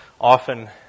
often